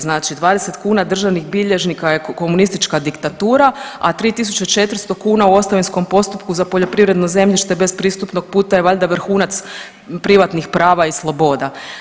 Znači 20 kuna državnih bilježnika je komunistička diktatura, a 3400 kuna u ostavinskom postupku za poljoprivredno zemljište bez pristupnog puta je valjda vrhunac privatnih prava i sloboda.